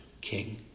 king